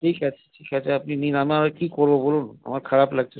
ঠিক আছে ঠিক আছে আপনি নিন আমার আর কি করব বলুন আমার খারাপ লাগছে